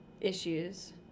issues